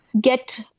get